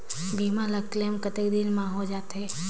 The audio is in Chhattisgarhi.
बीमा ला क्लेम कतेक दिन मां हों जाथे?